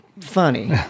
funny